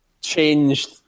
changed